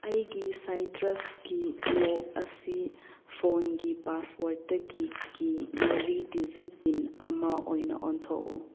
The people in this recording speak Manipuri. ꯑꯩꯒꯤ ꯁꯥꯏꯇ꯭ꯔꯁꯀꯤ ꯂꯣꯛ ꯑꯁꯤ ꯐꯣꯟꯒꯤ ꯄꯥꯁꯋꯥ꯭ꯔꯠꯇꯒꯤ ꯀꯤ ꯃꯔꯤ ꯗꯤꯖꯤꯠ ꯄꯤꯟ ꯑꯃ ꯑꯣꯏꯅ ꯑꯣꯟꯊꯣꯛꯎ